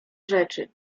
rzeczy